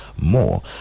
more